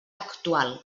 actual